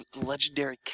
legendary